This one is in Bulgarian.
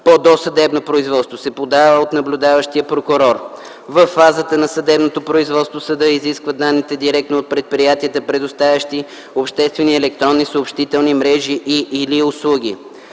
по досъдебно производство се подава от наблюдаващия прокурор. Във фазата на съдебното производство съдът изисква данните директно от предприятията, предоставящи обществени електронни съобщителни мрежи и/или услуги.”